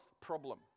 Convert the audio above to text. problem